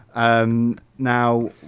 Now